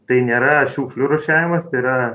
tai nėra šiukšlių rūšiavimas tai yra